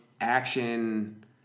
action